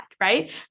Right